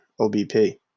OBP